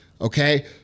Okay